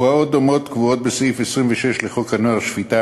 הוראות דומות קבועות בסעיף 26 לחוק הנוער (שפיטה,